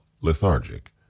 lethargic